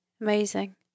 Amazing